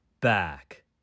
back